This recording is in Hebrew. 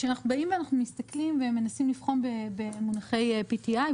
כשאנחנו באים ואנחנו מסתכלים ומנסים לבחון במונחי PTI,